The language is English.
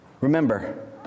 Remember